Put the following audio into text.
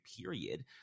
period